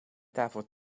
daarvoor